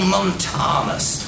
Montanus